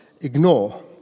ignore